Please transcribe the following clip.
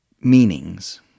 meanings